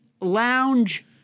lounge